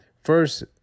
First